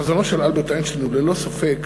חזונו של אלברט איינשטיין הוא ללא ספק